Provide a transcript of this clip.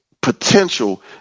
potential